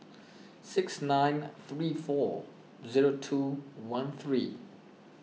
six nine three four zero two one three